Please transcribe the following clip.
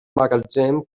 magatzem